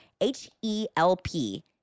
H-E-L-P